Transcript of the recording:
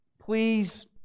please